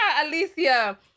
alicia